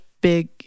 big